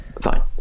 fine